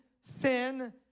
sin